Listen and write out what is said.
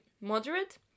moderate